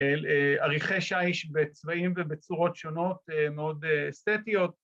‫על אריחי שיש בצבעים ובצורות שונות ‫מאוד אסתטיות.